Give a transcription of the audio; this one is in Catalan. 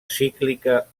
cíclica